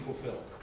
fulfilled